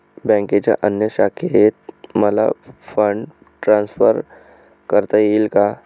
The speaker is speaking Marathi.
बँकेच्या अन्य शाखेत मला फंड ट्रान्सफर करता येईल का?